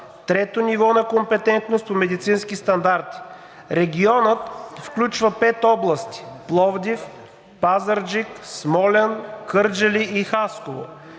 трето ниво на компетентност по медицински стандарти. Регионът включва пет области – Пловдив, Пазарджик, Смолян, Кърджали и Хасково.